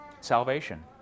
salvation